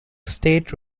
state